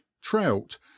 trout